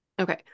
okay